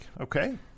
Okay